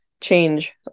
change